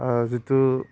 जितु